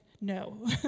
no